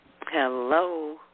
Hello